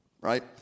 right